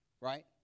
right